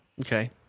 Okay